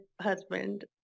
husband